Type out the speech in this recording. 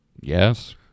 Yes